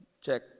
Check